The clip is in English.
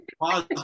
Pause